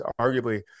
arguably